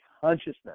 consciousness